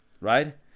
Right